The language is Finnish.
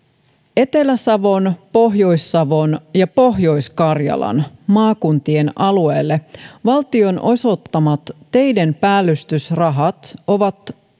etelä savon pohjois savon ja pohjois karjalan maakuntien alueelle valtion osoittamat teiden päällystysrahat ovat